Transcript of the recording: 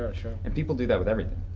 right? and people do that with everything.